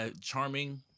charming